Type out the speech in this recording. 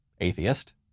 atheist